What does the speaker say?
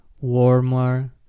warmer